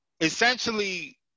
essentially